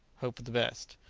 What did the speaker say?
hope for the best.